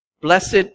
Blessed